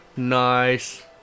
Nice